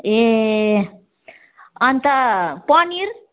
ए अन्त पनिर